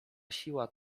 siła